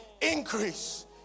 increase